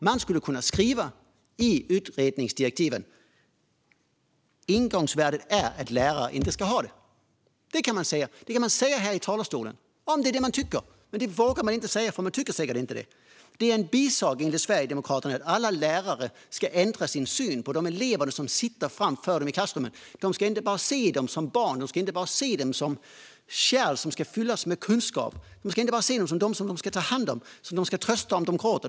Man skulle kunna skriva i utredningsdirektiven att ingångsvärdet är att lärare inte ska ha denna skyldighet. Det kan man säga här i talarstolen, om det är det man tycker. Men det vågar man inte säga, för man tycker säkert inte det. Det är enligt Sverigedemokraterna en bisak att alla lärare ska ändra sin syn på de elever som sitter framför dem i klassrummet. De ska inte bara se dem som barn och som kärl som ska fyllas med kunskap. De ska inte bara se dem som personer som de ska ta hand om och trösta om de gråter.